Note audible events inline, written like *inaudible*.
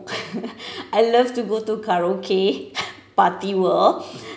*laughs* I love to go to karaoke party world